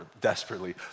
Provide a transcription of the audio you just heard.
desperately